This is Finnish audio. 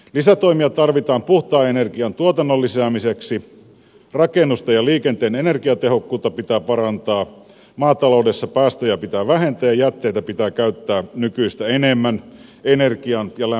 lisätoimia tarvitaan puhtaan energian tuotannon lisäämiseksi rakennusten ja liikenteen energiatehokkuutta pitää parantaa maataloudessa päästöjä pitää vähentää ja jätteitä pitää käyttää nykyistä enemmän energian ja lämmöntuotannossa